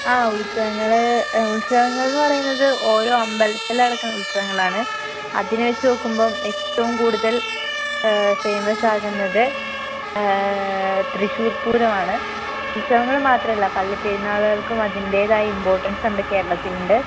ആഹ് ഉത്സവങ്ങൾ ഉത്സവങ്ങളെന്ന് പറയുന്നത് ഓരോ അമ്പലത്തിൽ നടക്കുന്ന ഉത്സവങ്ങളാണ് അതിനെ വെച്ച് നോക്കുമ്പം ഏറ്റവും കൂടുതൽ ഫേമസ് ആകുന്നത് തൃശൂർപ്പൂരം ആണ് ഉത്സവങ്ങൾ മാത്രമല്ല പള്ളിപ്പെരുന്നാളുകൾക്കും അതിൻ്റേതായ ഇമ്പോർട്ടൻസ് നമ്മുടെ കേരളത്തിനുണ്ട്